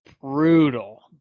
brutal